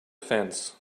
fence